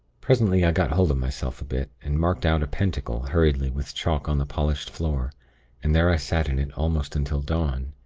presently i got hold of myself a bit, and marked out a pentacle hurriedly with chalk on the polished floor and there i sat in it almost until dawn.